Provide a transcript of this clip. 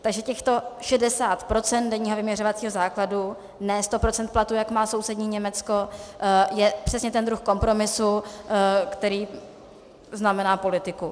Takže těchto 60 % denního vyměřovacího základu, ne 100 % platu, jak má sousední Německo, je přesně ten druh kompromisu, který znamená politiku.